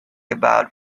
about